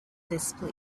display